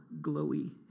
glowy